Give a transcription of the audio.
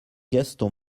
gaston